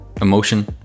emotion